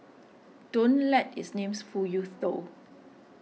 don't let its name fool you though